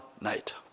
night